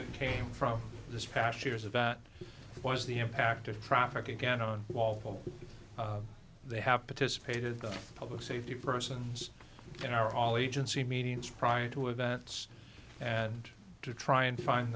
that came from this past years about was the impact of traffic again on wall they have participated the public safety persons they are all agency meetings prior to events and to try and find